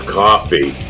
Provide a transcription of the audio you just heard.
coffee